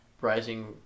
Rising